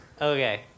Okay